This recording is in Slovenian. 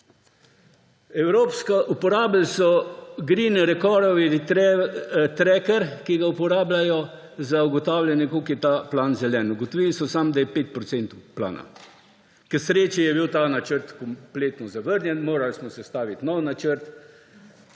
kaj … Uporabili so green recovery tracker, ki ga uporabljajo za ugotavljanje, koliko je ta plan zelen. Ugotovili so, da je samo 5 % plana. K sreči je bil ta načrt kompletno zavrnjen, morali smo sestaviti nov načrt